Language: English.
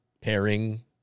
pairing